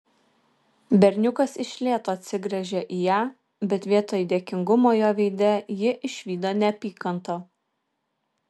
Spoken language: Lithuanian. berniukas iš lėto atsigręžė į ją bet vietoj dėkingumo jo veide ji išvydo neapykantą